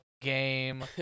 game